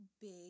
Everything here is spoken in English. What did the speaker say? big